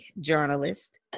journalist